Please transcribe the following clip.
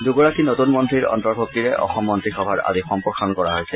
দুগৰাকী নতুন মন্ত্ৰীৰ অন্তৰ্ভুক্তিৰে অসম মন্ত্ৰীসভাৰ আজি সম্প্ৰসাৰণ কৰা হৈছে